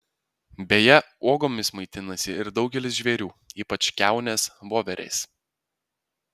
beje uogomis maitinasi ir daugelis žvėrių ypač kiaunės voverės